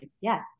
Yes